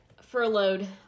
furloughed